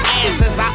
answers